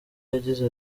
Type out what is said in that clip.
yagize